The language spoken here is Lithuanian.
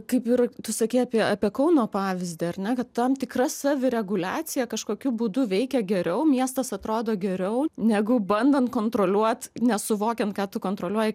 kaip ir tu sakei apie apie kauno pavyzdį ar ne kad tam tikra savireguliacija kažkokiu būdu veikia geriau miestas atrodo geriau negu bandant kontroliuot nesuvokiant ką tu kontroliuoji